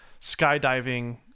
skydiving